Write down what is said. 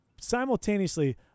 simultaneously